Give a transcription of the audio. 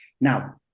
now